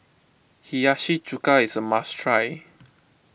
Hiyashi Chuka is a must try